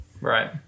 Right